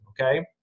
okay